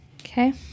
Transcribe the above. Okay